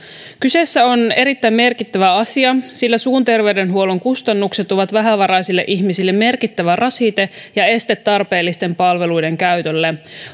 kyseessä on erittäin merkittävä asia sillä suun terveydenhuollon kustannukset ovat vähävaraisille ihmisille merkittävä rasite ja este tarpeellisten palveluiden käytölle